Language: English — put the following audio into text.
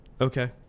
Okay